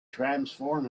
transform